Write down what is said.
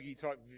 type